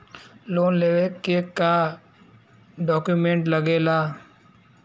Loan लेवे के का डॉक्यूमेंट लागेला?